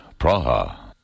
Praha